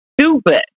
stupid